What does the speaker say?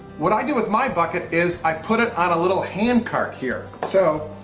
what i do with my bucket is i put it on a little hand cart here. so,